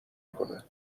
کنه